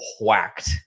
whacked